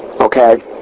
okay